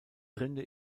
rinde